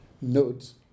notes